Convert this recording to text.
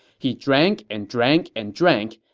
he drank and drank and drank,